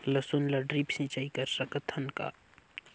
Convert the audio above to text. लसुन ल ड्रिप सिंचाई कर सकत हन का?